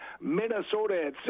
minnesota